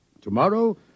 tomorrow